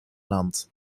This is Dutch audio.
land